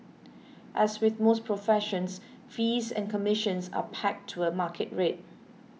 as with most professions fees and commissions are pegged to a market rate